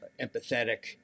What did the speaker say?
empathetic